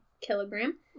kilogram